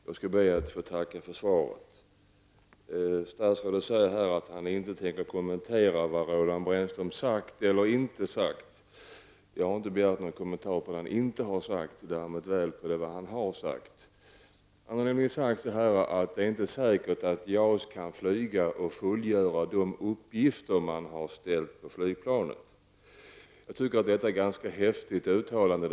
Herr talman! Jag skall be att få tacka för svaret på min fråga. Statsrådet säger att han inte tänker kommentera vad Roland Brännström sagt eller inte sagt. Jag har inte tänkt begära någon kommentar till vad denne inte sagt men däremot till vad han har sagt. Roland Brännström har nämligen uttalat att det inte är säkert att JAS kan flyga och fullgöra de uppgifter som man har ställt upp för flygplanet. Jag tycker att det är ett ganska långtgående uttalande.